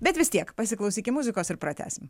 bet vis tiek pasiklausykim muzikos ir pratęsim